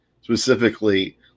specifically